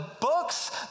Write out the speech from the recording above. books